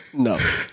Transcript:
No